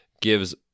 gives